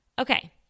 Okay